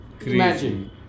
Imagine